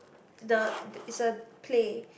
the it's a play